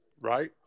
right